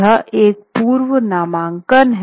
यह एक पूर्व नामांकन है